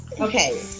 Okay